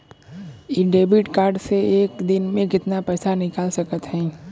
इ debit card से एक दिन मे कितना पैसा निकाल सकत हई?